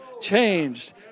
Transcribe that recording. changed